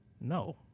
No